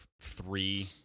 three